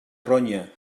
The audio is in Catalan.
ronya